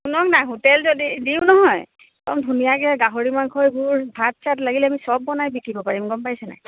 শুনক না হোটেল যদি দিওঁ নহয় একদম ধুনীয়াকে গাহৰি মাংসৰ এইবোৰ ভাত চাত লাগিলে আমি চব বনাই বিকিব পাৰিম গম পাইছেনে নাই